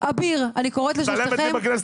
אם יש לכם את הכלים,